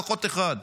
לפחות אחד.